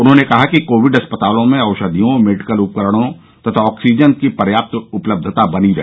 उन्होंने कहा कि कोविड अस्पतालों में औषधियों मेडिकल उपकरणों तथा आक्सीजन की पर्याप्त उपलब्यता बनी रहे